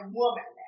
woman